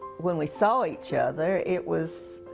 when we saw each other it was,